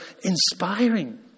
inspiring